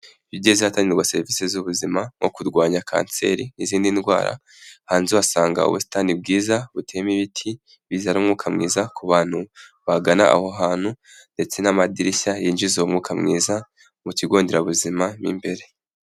Iyo ugeze hatangirwa serivisi z'ubuzima nko kurwanya Kanseri n'izindi ndwara, hanze uhasanga ubusitani bwiza buteyemo ibiti bizana umwuka mwiza ku bantu bagana aho hantu ndetse n'amadirishya yinjiza umwuka mwiza mu kigo nderabuzima mo imbere.